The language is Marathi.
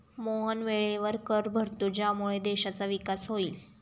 मोहन वेळेवर कर भरतो ज्यामुळे देशाचा विकास होईल